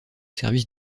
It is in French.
service